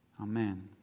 Amen